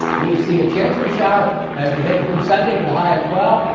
we see a chance of a shower as we head through sunday with a high of twelve,